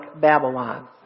Babylon